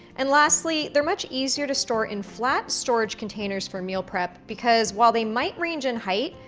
and lastly, they're much easier to store in flat storage containers for meal prep, because while they might range in height,